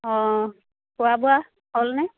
অঁ খোৱা বোৱা হ'লনে